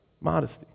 Modesty